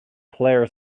player